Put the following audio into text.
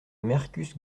mercus